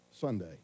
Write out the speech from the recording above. Sunday